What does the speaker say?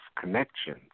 connections